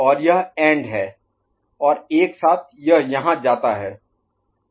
और यह एंड है और एक साथ यह यहाँ जाता है